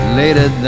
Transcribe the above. later